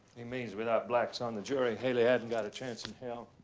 he means without blacks on the jury, hailey hasn't got a chance in hell.